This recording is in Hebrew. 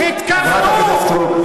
חברת הכנסת סטרוק,